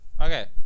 Okay